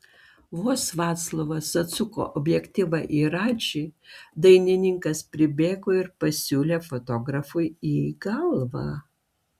vos vaclovas atsuko objektyvą į radžį dainininkas pribėgo ir pasiūlė fotografui į galvą